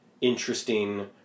interesting